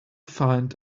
find